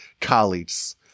colleagues